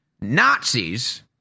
Nazis